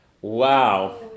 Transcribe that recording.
Wow